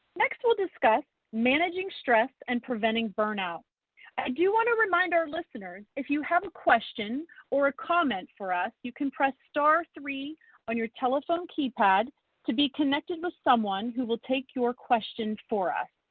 next we'll discuss managing stress and preventing burnout. i do wanna remind our listeners, if you have a question or a comment for us you can press star three on your telephone keypad to be connected with someone who will take your question for us.